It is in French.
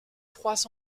trois